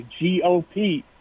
GOP